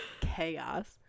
chaos